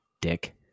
Dick